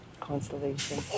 Constellation